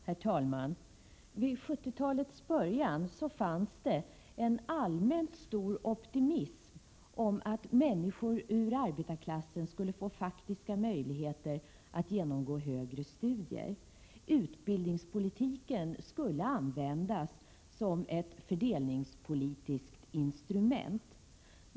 Herr talman! Vid 70-talets början fanns det allmänt en stor optimism om att människor ur arbetarklassen skulle få faktiska möjligheter att genomgå högre studier. Utbildningspolitiken skulle användas som ett fördelningspolitiskt instrument.